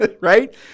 right